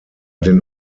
den